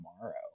tomorrow